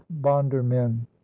bondermen